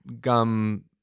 gum